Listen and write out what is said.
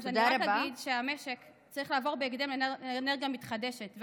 אז אני רק אגיד שהמשק צריך לעבור בהקדם לאנרגיה מתחדשת,